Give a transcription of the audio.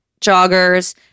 joggers